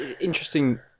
Interesting